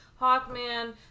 hawkman